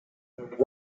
that